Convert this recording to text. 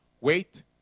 Wait